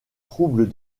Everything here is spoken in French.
troubles